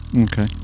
Okay